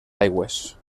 aigües